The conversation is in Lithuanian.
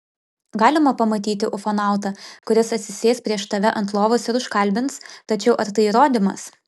galima pamatyti ufonautą kuris atsisės prieš tave ant lovos ir užkalbins tačiau ar tai įrodymas